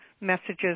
messages